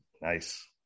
nice